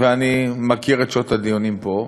ואני מכיר את שעות הדיונים פה,